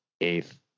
eighth